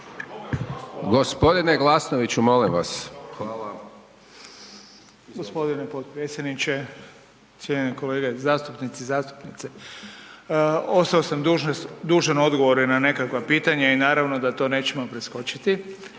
Gospodine Glasnoviću molim vas. **Beroš, Vili (HDZ)** Hvala. Gospodine potpredsjedniče, cijenjene kolege zastupnici i zastupnice, ostao sam dužan odgovore na nekakva pitanja i naravno da to nećemo preskočiti.